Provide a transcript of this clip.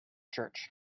church